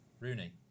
Rooney